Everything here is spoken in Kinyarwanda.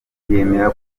yemera